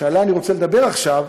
שעליה אני רוצה לדבר עכשיו,